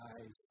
eyes